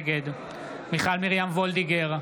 נגד מיכל מרים וולדיגר,